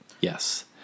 Yes